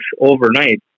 overnight